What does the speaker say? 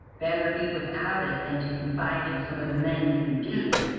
better be without it than to confide in some of the men that you do.